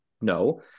No